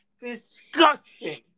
Disgusting